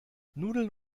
nudeln